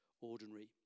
ordinary